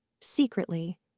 Secretly